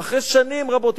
אחרי שנים רבות.